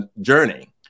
journey